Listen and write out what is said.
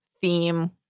theme